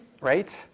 right